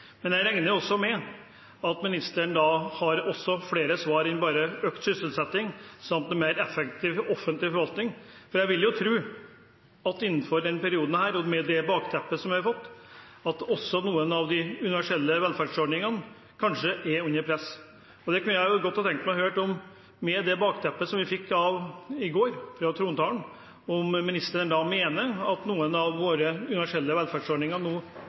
men jeg regner med at ministeren har flere svar enn bare økt sysselsetting samt en mer effektiv offentlig forvaltning. Jeg vil jo tro at innenfor denne perioden og med det bakteppet vi har, er kanskje også noen av de universelle velferdsordningene under press. Jeg kunne godt tenke meg å høre – med det bakteppet som vi fikk i trontalen i går – om ministeren mener at noen av våre universelle velferdsordninger nå